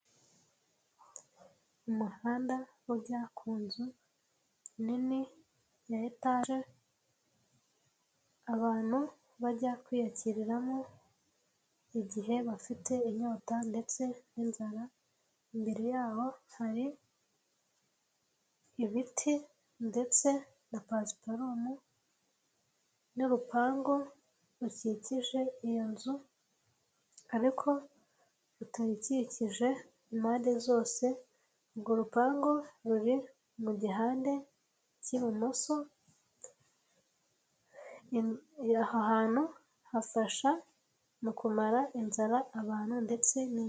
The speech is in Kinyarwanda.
Umuhanda ujya ku nzu nini ya etaje abantu bajya kwiyakiriramo igihe bafite inyota ndetse n'inzara, imbere yaho hari ibiti ndetse na pasiparumu n'urupangu rukikije iyo nzu ariko rutayikikije impande zose, urwo rupangu ruri mu gihande cy'ibumoso, aha hantu hafasha mu kumara inzara abantu ndetse n'ibindi.